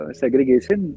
segregation